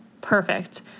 perfect